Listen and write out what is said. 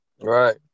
Right